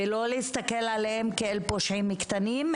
לא להסתכל עליהם כעל פושעים קטנים,